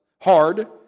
hard